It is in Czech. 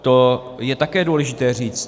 To je také důležité říct.